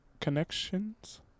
connections